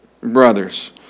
brothers